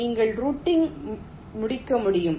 நீங்கள் ரூட்டிங் முடிக்க முடியும்